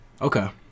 okay